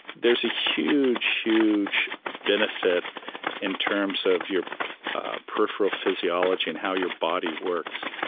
there's a huge huge benefit in terms of your peripheral physiology and how your body works.